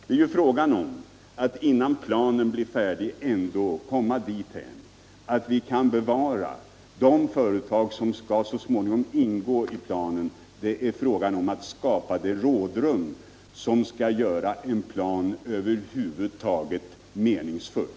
Det är fråga om att göra det möjligt att medan planen blir färdig bevara de arbetstillfällen som så småningom skall ingå i planen. Det är fråga om att skapa det rådrum som över huvud taget skall göra en plan meningsfull.